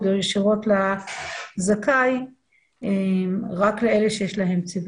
ישירות לזכאי רק לאלה שיש להם ציוות.